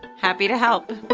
happy to help.